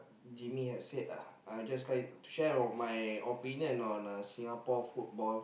Jaime has said uh just like to share about my opinion on Singapore football